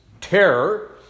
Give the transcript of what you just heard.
Terror